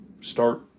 start